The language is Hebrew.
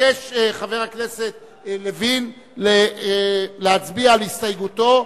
מבקש חבר הכנסת לוין להצביע על הסתייגותו,